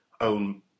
own